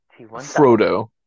Frodo